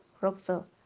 rockville